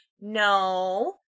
No